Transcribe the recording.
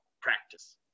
practice